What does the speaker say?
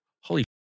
Holy